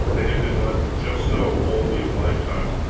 they had been left just so, all these lifetimes,